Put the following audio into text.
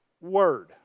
word